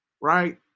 right